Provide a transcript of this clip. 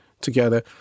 together